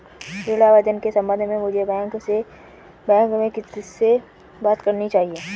ऋण आवेदन के संबंध में मुझे बैंक में किससे बात करनी चाहिए?